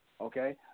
okay